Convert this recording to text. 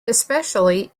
especially